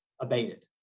abated